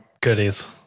goodies